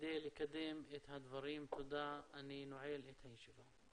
כדי לקדם את הדברים, תודה, אני נועל את הישיבה.